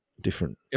different